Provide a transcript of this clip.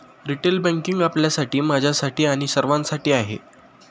retail banking आपल्यासाठी, माझ्यासाठी आणि सर्वांसाठी आहे